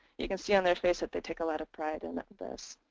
you can see on their face that they take a lot of pride in this.